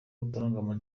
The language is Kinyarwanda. utarangwamo